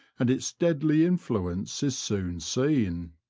and its deadly influence is soon seen.